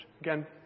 Again